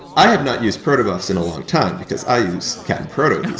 i have not used proto buffs in a long time, because i use cap'n proto these